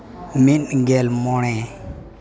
ᱢᱤᱫ ᱜᱮᱞ ᱢᱚᱬᱮ